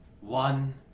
one